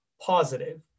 positive